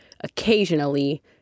Occasionally